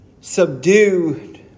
subdued